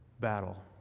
battle